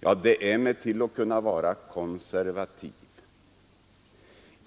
Ja, det är till att kunna vara konservativ!